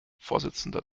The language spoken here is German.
vorsitzender